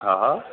હા હા